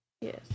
Yes